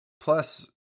Plus